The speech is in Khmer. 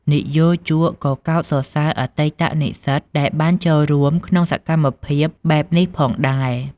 និយោជកក៏កោតសរសើរអតីតនិស្សិតដែលបានចូលរួមក្នុងសកម្មភាពបែបនេះផងដែរ។